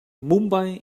mumbai